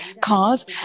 cars